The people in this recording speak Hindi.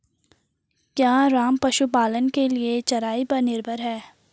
क्या राम पशुपालन के लिए चराई पर निर्भर है?